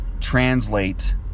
translate